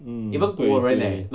hmm 对对